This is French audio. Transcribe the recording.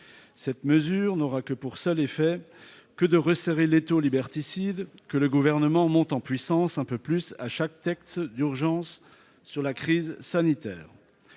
Cette mesure n'aura d'autre effet que de resserrer l'étau liberticide que le Gouvernement resserre un peu plus à chaque texte d'urgence sur la crise sanitaire.